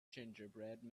gingerbread